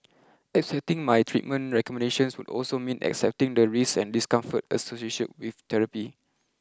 accepting my treatment recommendations would also mean accepting the risks and discomfort associated with therapy